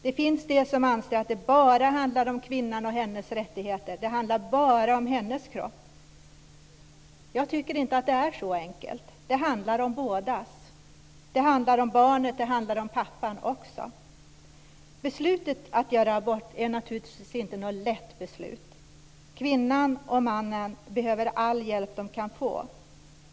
Det finns de som anser att det bara handlar om kvinnan och hennes rättigheter, att det bara handlar om hennes kropp. Jag tycker inte att det är så enkelt. Det handlar om båda. Det handlar om barnet och om pappan. Beslutet att göra abort är naturligtvis inte något lätt beslut. Kvinnan och mannen behöver all hjälp de kan få.